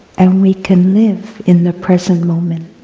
and we can live in the present moment.